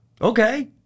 Okay